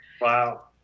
wow